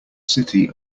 city